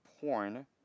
porn